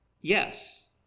Yes